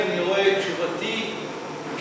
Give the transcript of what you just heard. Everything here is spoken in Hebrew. לכן אני רואה את תשובתי כתשובתו,